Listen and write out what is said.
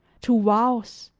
to vows,